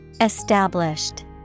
Established